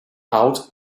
out